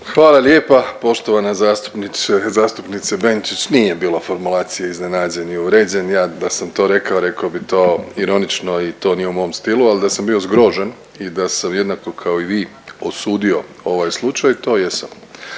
Hvala lijepa poštovana zastupnice Benčić, nije bilo formulacije iznenađen i uvrijeđen, ja da sam to rekao reko bi to ironično i to nije u mom stilu, al da sam bio zgrožen i da sam jednako kao i vi osudio ovaj slučaj, to jesam.